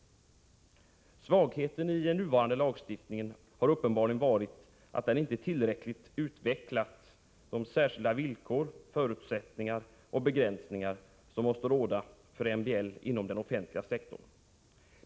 Svagheten i nuvarande lagstiftning har uppenbarligen varit att den inte tillräckligt har utvecklat de särskilda villkor, förutsättningar och begränsningar som måste råda för MBL inom den offentliga sektorn.